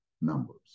numbers